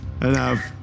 Enough